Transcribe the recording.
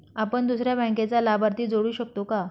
आपण दुसऱ्या बँकेचा लाभार्थी जोडू शकतो का?